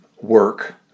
work